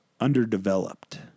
underdeveloped